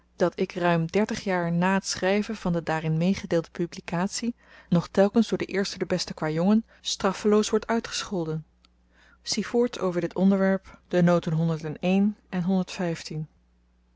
dat ik ruim dertig jaar na t schryven van de daarin meegedeelde publikatie nog telkens door den eersten den besten kwajongen straffeloos word uitgescholden zie voorts over dit onderwerp de noten en